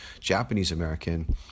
Japanese-American